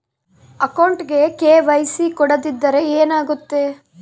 ಅಕೌಂಟಗೆ ಕೆ.ವೈ.ಸಿ ಕೊಡದಿದ್ದರೆ ಏನಾಗುತ್ತೆ?